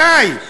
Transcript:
די.